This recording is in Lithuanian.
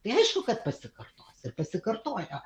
tai aišku kad pasikartos ir pasikartojo